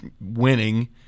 winning